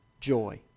joy